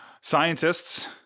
scientists